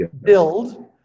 build